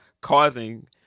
causing